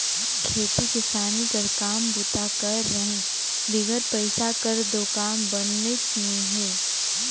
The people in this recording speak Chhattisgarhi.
खेती किसानी कर काम बूता कर रहें बिगर पइसा कर दो काम बननेच नी हे